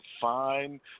fine